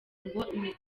ngo